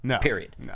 period